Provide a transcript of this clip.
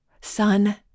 Son